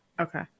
Okay